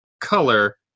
color